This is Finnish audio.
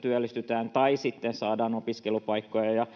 työllistytään tai saadaan opiskelupaikkoja,